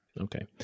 okay